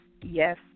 Yes